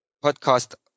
Podcast